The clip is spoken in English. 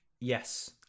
Yes